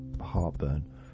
heartburn